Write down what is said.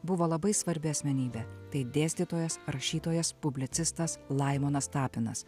buvo labai svarbi asmenybė tai dėstytojas rašytojas publicistas laimonas tapinas